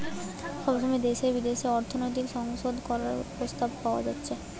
সময় সময় দেশে বিদেশে অর্থনৈতিক সংশোধন করার প্রস্তাব দেওয়া হচ্ছে